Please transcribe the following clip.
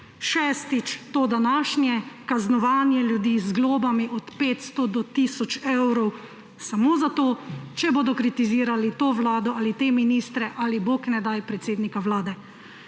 Šestič, to današnje, kaznovanje ljudi z globami od 500 do tisoč evrov samo zato, če bodo kritizirali to vlado ali te ministre ali, bog ne daj, predsednika vlade.